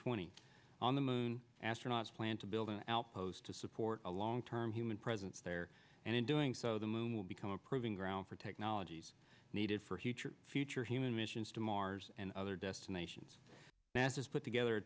twenty on the moon astronauts plan to build an outpost to support a long term human presence there and in doing so the moon will become a proving ground for technologies needed for huge future human missions to mars and other destinations that is put together a